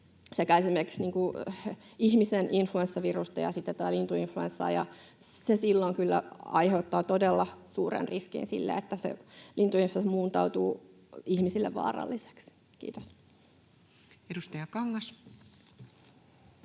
esimerkiksi sekä ihmisen influenssavirusta että lintuinfluenssaa, ja se silloin kyllä aiheuttaa todella suuren riskin sille, että se lintuinfluenssa muuntautuu ihmisille vaaralliseksi. — Kiitos. [Speech 225]